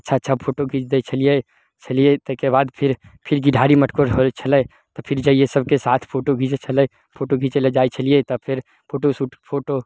अच्छा अच्छा फोटो घिच दै छेलियै छेलियै तइके बाद फेर फेर गिरधारी मटकूर होइ छेलै तऽ फिर जइयै सभके साथ फोटो घिचै छेलै फोटो घिचै लै जाइ छेलियै तऽ फेर फोटो सूट फोटो